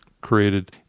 created